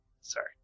Sorry